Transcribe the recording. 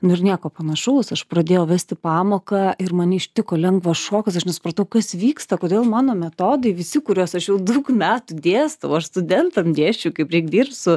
nu ir nieko panašaus aš pradėjau vesti pamoką ir mane ištiko lengvas šokas aš nesupratau kas vyksta kodėl mano metodai visi kuriuos aš jau daug metų dėstau aš studentam dėsčiau kaip reik dirbt su